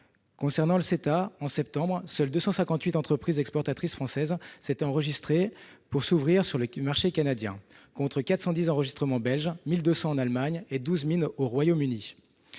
européenne. Au mois de septembre, seulement 258 entreprises exportatrices françaises s'étaient enregistrées pour s'ouvrir sur le marché canadien, contre 410 en Belgique, 1 200 en Allemagne et 12 000 au Royaume-Uni